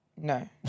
No